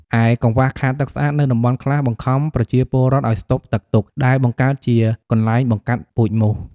ឯកង្វះខាតទឹកស្អាត នៅតំបន់ខ្លះបង្ខំប្រជាពលរដ្ឋឱ្យស្តុកទឹកទុក ដែលបង្កើតជាកន្លែងបង្កាត់ពូជមូស។